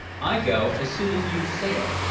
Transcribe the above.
i go as soon as you've sailed.